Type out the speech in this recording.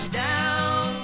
down